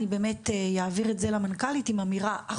אני באמת אעביר את זה למנכ"לית עם אמירה אחרונה,